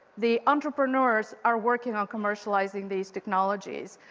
the entrepreneurs are working on commercializing these technologies.